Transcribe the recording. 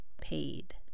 paid